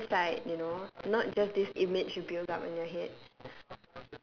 different side you know not just this image you build up in your head